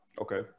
Okay